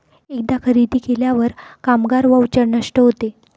एकदा खरेदी केल्यावर कामगार व्हाउचर नष्ट होते